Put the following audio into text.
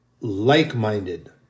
like-minded